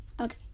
Okay